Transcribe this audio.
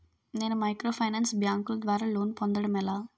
నేను మైక్రోఫైనాన్స్ బ్యాంకుల ద్వారా లోన్ పొందడం ఎలా?